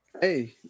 Hey